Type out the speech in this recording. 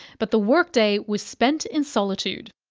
but the work-day was spent in solitude.